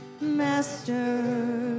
Master